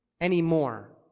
anymore